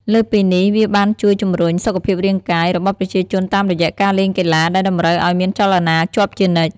លើសពីនេះ វាបានជួយជំរុញ សុខភាពរាងកាយ របស់ប្រជាជនតាមរយៈការលេងកីឡាដែលតម្រូវឱ្យមានចលនាជាប់ជានិច្ច។